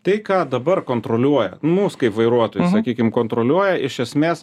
tai ką dabar kontroliuoja mus kaip vairuotojus sakykim kontroliuoja iš esmės